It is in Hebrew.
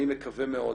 אני מקווה מאוד